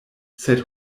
sed